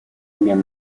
обмен